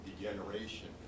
degeneration